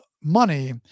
money